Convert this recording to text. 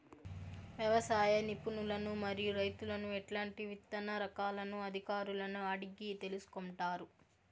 వ్యవసాయ నిపుణులను మరియు రైతులను ఎట్లాంటి విత్తన రకాలను అధికారులను అడిగి తెలుసుకొంటారు?